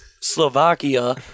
Slovakia